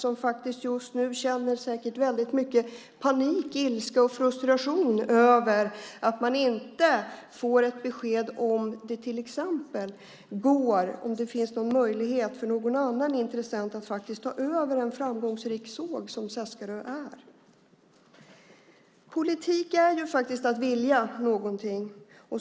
De känner säkert stor panik, ilska och frustration över att de inte får besked om det finns någon möjlighet för någon annan intressent att ta över den framgångsrika såg som Seskarö har. Politik är att vilja någonting.